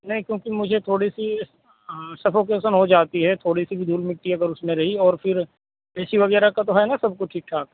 نہیں کیونکہ مجھے تھوڑی سی سفوکیسن ہو جاتی ہے تھوڑی سی بھی دھول مٹی اگر اس میں رہی اور پھر اے سی وغیرہ کا تو ہے نا سب کچھ ٹھیک ٹھاک